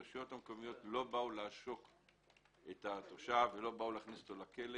הרשויות המקומיות לא באו לעשוק את התושב או להכניס אותו לכלא